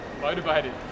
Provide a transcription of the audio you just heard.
motivated